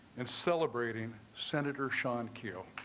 and celebrating senator sean keel